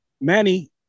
Manny